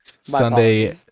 Sunday